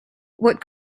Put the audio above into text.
what